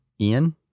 Ian